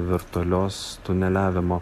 virtualios tuneliavimo